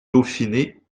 dauphiné